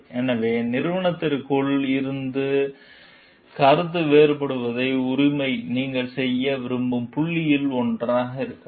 எனவே நிறுவனத்திற்குள் இருந்து கருத்து வேறுபடுவதற்கான உரிமை நீங்கள் செய்ய விரும்பும் புள்ளிகளில் ஒன்றாக இருக்கலாம்